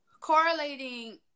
correlating